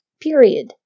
Period